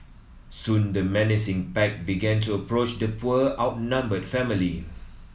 soon the menacing pack began to approach the poor outnumbered family